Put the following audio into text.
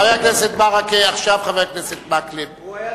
עכשיו חבר הכנסת מקלב.